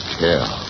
care